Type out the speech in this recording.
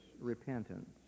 repentance